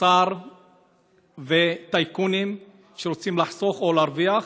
שר וטייקונים שרוצים לחסוך או להרוויח,